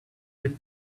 with